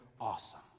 awesome